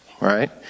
right